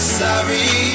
sorry